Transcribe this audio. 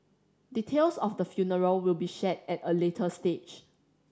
details of the funeral will be shared at a later stage